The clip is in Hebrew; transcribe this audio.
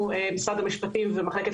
אנחנו משרד המשפטים מחלקת